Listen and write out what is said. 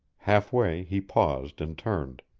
half way he paused and turned.